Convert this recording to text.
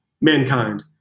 mankind